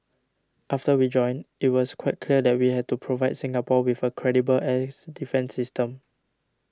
after we joined it was quite clear that we had to provide Singapore with a credible air defence system